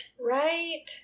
Right